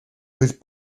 with